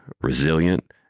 resilient